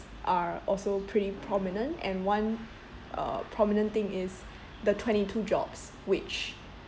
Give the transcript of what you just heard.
are also pretty prominent and one uh prominent thing is the twenty two jobs which